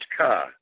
car